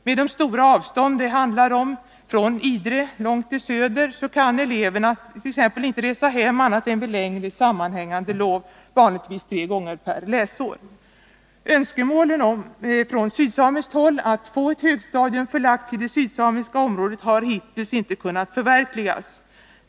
Med de stora avstånd det handlar om — från Idre långt i söder — kan eleverna inte resa hem annat än vid längre sammanhängande lov, vanligtvis tre gånger per läsår. Önskemålen från sydsamiskt håll att få ett högstadium förlagt till det sydsamiska området har hittills inte kunnat förverkligas.